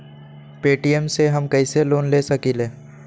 Paytm से हम कईसे लोन ले सकीले?